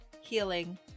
Healing